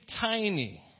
tiny